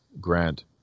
grant